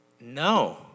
No